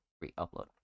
re-upload